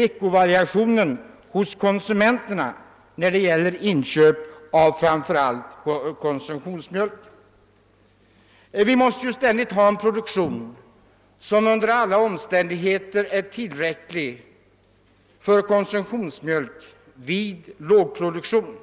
veckovariationen hos konsumenterna när det gäller inköp av konsumtionsmjölk. Vi måste ständigt ha en produktion av K mjölk som under alla omständigheter är tillräcklig vid lågproduktion.